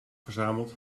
verzameld